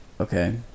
Okay